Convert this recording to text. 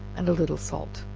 and a little salt